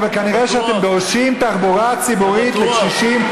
אבל כנראה שאתם דורשים תחבורה ציבורית לקשישים,